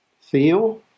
feel